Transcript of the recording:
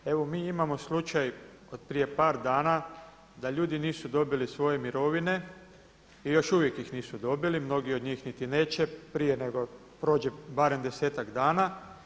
Evo mi imamo slučaj od prije par dana da ljudi nisu dobili svoje mirovine i još uvijek ih nisu dobiti, mnogi od njih niti neće prije nego prođe barem 10-ak dana.